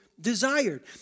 desired